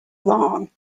long